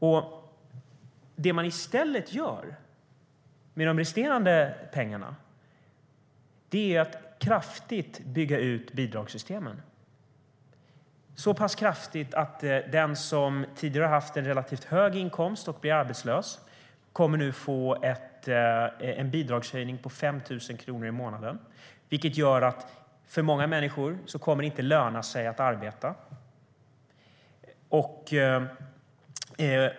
Vad man gör med de resterande pengarna är att kraftigt bygga ut bidragssystemen, så pass kraftigt att den som tidigare har haft en relativt hög inkomst och blir arbetslös kommer nu att få en bidragshöjning med 5 000 kronor i månaden. Det gör att det för många människor inte kommer att löna sig att arbeta.